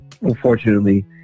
unfortunately